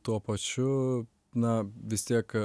tuo pačiu na vis tiek